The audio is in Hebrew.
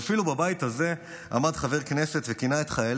ואפילו בבית הזה עמד חבר כנסת וכינה את חיילי